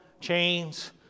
chains